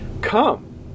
come